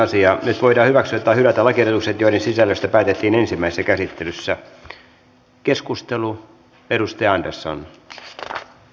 nyt voidaan hyväksyä tai hylätä lakiehdotukset joiden sisällöstä päätettiin ensimmäisessä käsittelyssä